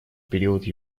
период